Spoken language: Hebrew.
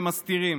הם מסתירים.